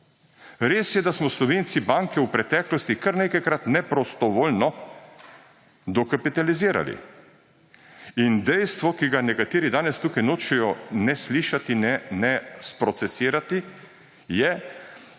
Res je, da smo Slovenci banke v preteklosti kar nekajkrat neprostovoljno dokapitalizirali. In dejstvo, ki ga nekateri danes tukaj nočejo ne slišati ne sprocesirati, je,